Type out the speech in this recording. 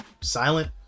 silent